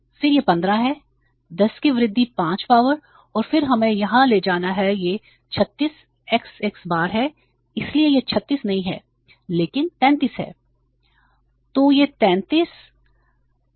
फिर यह 15 है 10 की वृद्धि 5 पावर और फिर हमें यहां ले जाना है यह 36 x x बार है इसलिए यह 36 नहीं है लेकिन 33 है